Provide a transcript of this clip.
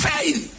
Faith